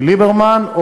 ליברמן,